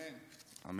אמן.